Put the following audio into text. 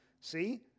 See